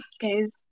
Guys